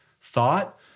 thought